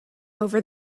over